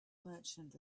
merchant